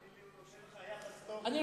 תאמין לי, הוא נותן לך יחס טוב: גם